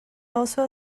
also